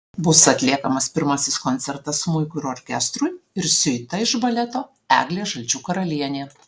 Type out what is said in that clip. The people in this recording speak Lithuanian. bus atliekamas pirmasis koncertas smuikui ir orkestrui ir siuita iš baleto eglė žalčių karalienė